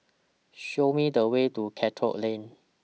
Show Me The Way to Charlton Lane